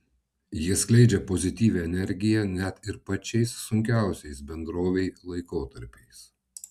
jie skleidžia pozityvią energiją net ir pačiais sunkiausiais bendrovei laikotarpiais